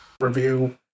review